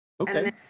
Okay